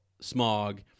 smog